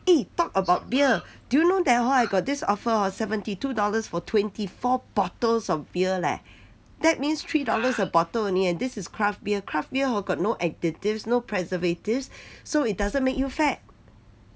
eh talk about beer do you know that hor I got this offer hor seventy two dollars for twenty four bottles of beer leh that means three dollars a bottle only eh this is craft beer craft beer hor got no additives no preservatives so it doesn't make you fat